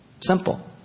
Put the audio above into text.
Simple